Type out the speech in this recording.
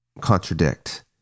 contradict